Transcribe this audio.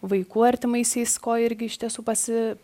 vaikų artimaisiais ko irgi iš tiesų pasi